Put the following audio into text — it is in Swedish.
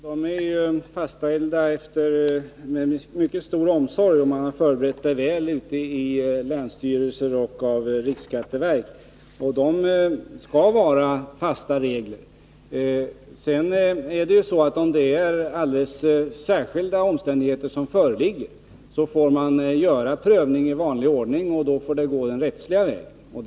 Herr talman! Riktlinjerna är fastställda med mycket stor omsorg, och det har gjorts noggranna förberedelser i länsstyrelserna och i riksskatteverket. Det skall vara fasta regler. Föreligger det alldeles särskilda omständigheter får man pröva i vanlig ordning och gå den rättsliga vägen.